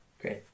Great